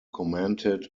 commented